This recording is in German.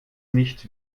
nicht